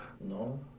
No